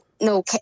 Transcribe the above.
no